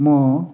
म